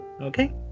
Okay